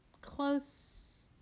close